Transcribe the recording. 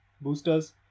boosters